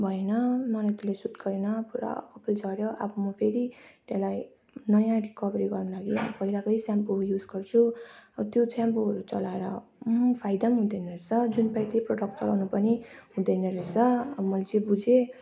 भएन मलाई त्यसले सुट गरेन पुरा कपाल झर्यो अब म फेरि त्यसलाई नयाँ रिकभरी गर्नका लागि पहिलाकै सेम्पो युज गर्छु त्यो सेम्पोहरू चलाएर फाइदा हुँदैन रहेछ जुन पायो त्यही प्रडक्ट चलाउन पनि हुँदैन रहेछ अब मैले चाहिँ बुझेँ